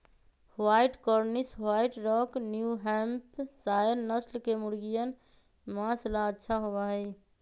white Cornish, White Rock, New Hampshire नस्ल के मुर्गियन माँस ला अच्छा होबा हई